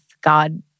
God